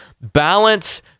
balance